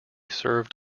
served